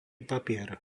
papier